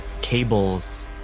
cables